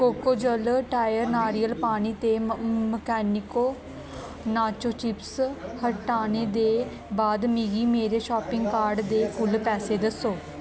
Cocojal tender नारियल पानी ते मैकनिको नाचो चिप्स हटाने दे बाद मिगी मेरे शापिंग कार्ट दे कुल पैसे दस्सो